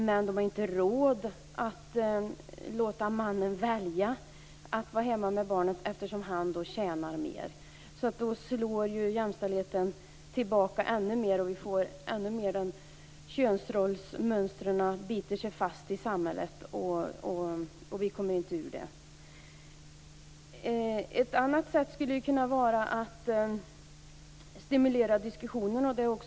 Men de har inte råd att låta mannen välja att vara hemma med barnet eftersom han tjänar mer. Det slår hårt mot jämställdheten, könsrollsmönstret biter sig ännu mer fast i samhället, och vi kommer inte ur det. Ett annat sätt skulle kunna vara att stimulera diskussionen.